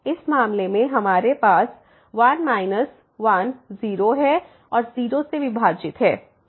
तो इस मामले में हमारे पास 1 माइनस 1 0 है और 0 से विभाजित है